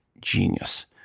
genius